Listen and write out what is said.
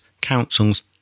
councils